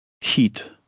heat